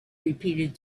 repeated